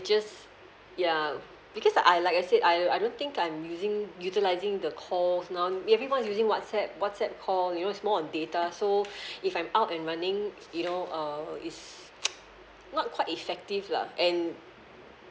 just ya because I like I said I I don't think I'm using utilising the calls now everyone's using whatsapp whatsapp call you know it's more on data so if I'm out and running you know uh it's not quite effective lah and